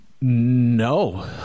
No